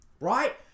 Right